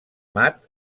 mat